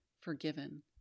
forgiven